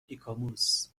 ایکوموس